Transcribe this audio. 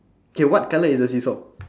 okay what colour is the seesaw